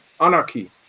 Anarchy